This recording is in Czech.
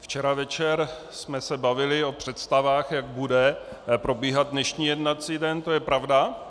Včera večer jsme se bavili o představách, jak bude probíhat dnešní jednací den, to je pravda.